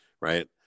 right